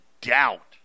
doubt